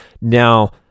now